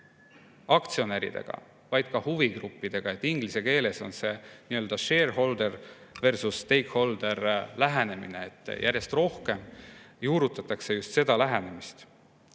aktsionäridega, vaid ka huvigruppidega. Inglise keeles on seeshareholder-versus-stakeholder-lähenemine, järjest rohkem juurutatakse just seda lähenemist.